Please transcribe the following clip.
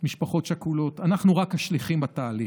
משפחות שכולות, אנחנו רק השליחים בתהליך.